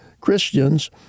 Christians